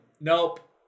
nope